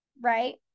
right